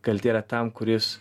kaltė yra tam kuris